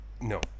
no